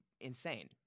insane